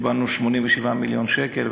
קיבלנו 87 מיליון שקל,